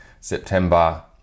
september